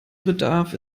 bedarf